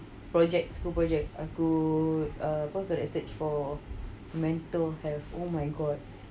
projects school project aku apa kena search for mental health oh my god